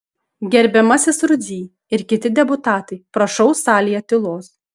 gerbiamasis rudzy ir kiti deputatai prašau salėje tylos